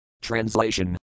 Translation